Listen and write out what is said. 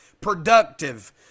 productive